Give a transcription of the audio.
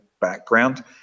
background